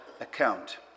account